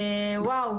ואוו,